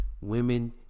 Women